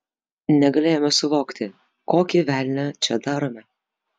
negalėjome suvokti kokį velnią čia darome